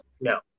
no